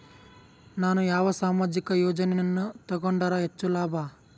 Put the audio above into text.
ನಾನು ಯಾವ ಸಾಮಾಜಿಕ ಯೋಜನೆಯನ್ನು ತಗೊಂಡರ ಹೆಚ್ಚು ಲಾಭ?